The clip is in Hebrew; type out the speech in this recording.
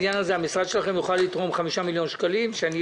המשרד שלכם יוכל לתרום 5 מיליון שקלים לעניין הזה?